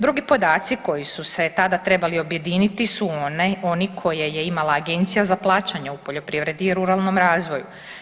Drugi podaci koji su se tada trebali objediniti su one, oni koje je imala Agencija za plaćanje u poljoprivredi i ruralnom razvoju.